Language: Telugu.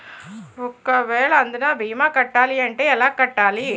ఒక వేల అందునా భీమా కట్టాలి అంటే ఎలా కట్టాలి?